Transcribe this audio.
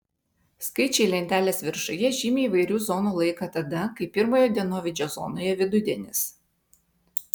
skaičiai lentelės viršuje žymi įvairių zonų laiką tada kai pirmojo dienovidžio zonoje vidudienis